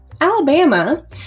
Alabama